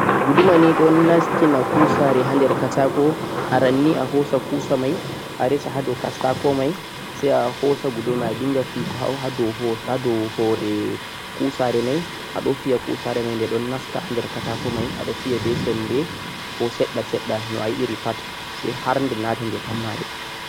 guduma ni don nastina gusare hander katako aran ni a hoosa gusa mei a resa haa do katako mei sai a hoosa guduma a jngan fiiko haa do hoore gusari mei adn fiya gusare o don nasta katako mei a don fiya be semde ko sedda-sedda no a yidiri pad sai harde naati e pammare